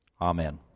Amen